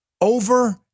over